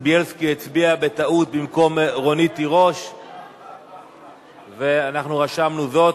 חבר הכנסת בילסקי הצביע בטעות במקום רונית תירוש ואנחנו רשמנו זאת.